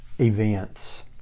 events